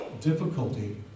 difficulty